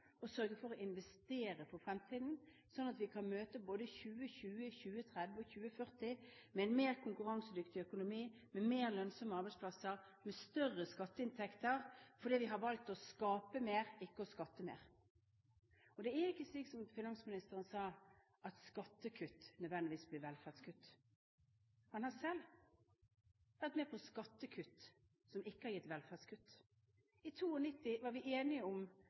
å sørge for å investere for fremtiden, slik at vi kan møte både 2020, 2030 og 2040 med en mer konkurransedyktig økonomi, med mer lønnsomme arbeidsplasser, med større skatteinntekter, fordi vi har valgt å skape mer, ikke å skatte mer. Det er ikke slik som finansministeren sa, at skattekutt nødvendigvis blir velferdskutt. Han har selv vært med på skattekutt som ikke har gitt velferdskutt. I 1992 var vi enige om